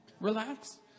Relax